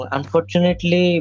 Unfortunately